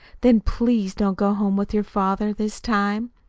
then please don't go home with your father this time.